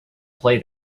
play